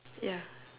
ya